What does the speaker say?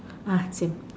ah same